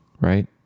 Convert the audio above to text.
right